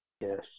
Yes